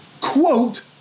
Quote